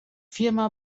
firma